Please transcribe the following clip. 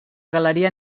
galeria